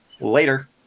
later